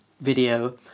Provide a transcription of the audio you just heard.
video